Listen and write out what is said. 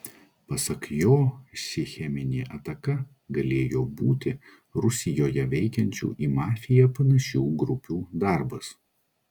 pasak jo ši cheminė ataka galėjo būti rusijoje veikiančių į mafiją panašių grupių darbas